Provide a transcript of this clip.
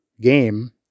game